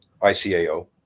ICAO